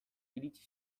iritsi